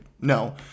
No